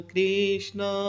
Krishna